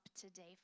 today